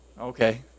Okay